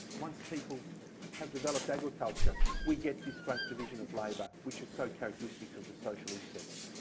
once people have developed agriculture, we get this great division of labor, which is so characteristic of the social insects.